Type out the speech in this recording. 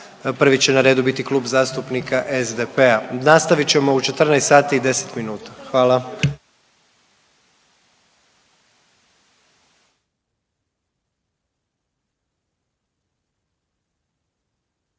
Prvi će na redu biti Klub zastupnika SDP-a. Nastavit ćemo u 14 sati